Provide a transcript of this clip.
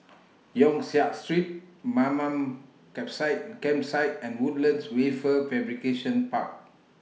Yong Siak Street Mamam Campsite Campsite and Woodlands Wafer Fabrication Park